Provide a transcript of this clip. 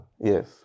Yes